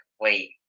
wait